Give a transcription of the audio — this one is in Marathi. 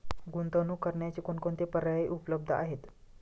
गुंतवणूक करण्याचे कोणकोणते पर्याय उपलब्ध आहेत?